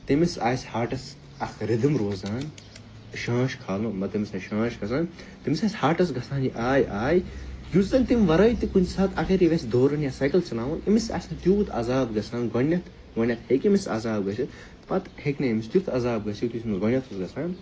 تٔمِس آسہِ ہارٹَس اَکھ رِدٕم روزان شانٛش کھالنُک مَطلَب تٔمِس آسہِ شانٛش کھَسان تٔمِس آسہِ ہارٹَس گَژھان یہِ آے آے یُس زَن تَمہِ وَرٲے تہِ کُنہ ساتہٕ اگر یہِ ویٚژھہِ دورُن یا سایکل چَلاوُن أمس آسہ نہٕ تیٛوٗت عذاب گَژھان گۄڈٕنیٚتھ گۄڈٕنیٚتھ ہیٚکہِ أمس عذاب گٔژھِتھ پَتہٕ ہیٚکہِ نہٕ أمس تیٛوتھ عَذاب گٔژھِتھ یُتھ أمس گۄڈٕنیٚتھ اوس گَژھان